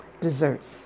desserts